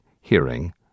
hearing